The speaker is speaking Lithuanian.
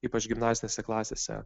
ypač gimnazinėse klasėse